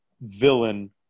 villain